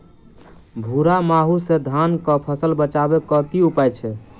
भूरा माहू सँ धान कऽ फसल बचाबै कऽ की उपाय छै?